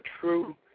true